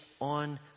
on